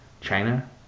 China